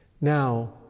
Now